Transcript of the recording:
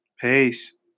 Peace